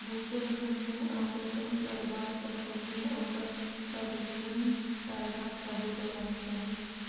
mutual fund मे आवेदन करबा सँ पहिने ओकर सभ नियम कायदा पढ़ि लेबाक चाही